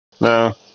No